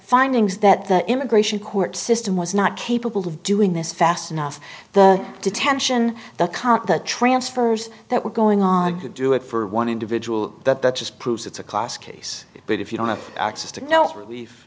findings that the immigration court system was not capable of doing this fast enough the detention the current the transfers that were going on to do it for one individual that that just proves it's a classic case but if you don't have access to know